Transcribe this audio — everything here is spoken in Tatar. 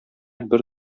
бер